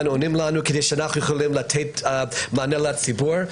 עונים לנו כדי שנוכל לתת מענה לציבור.